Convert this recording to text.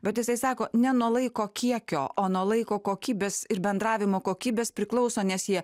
bet jisai sako ne nuo laiko kiekio o nuo laiko kokybės ir bendravimo kokybės priklauso nes jie